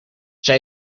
zij